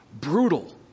brutal